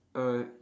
err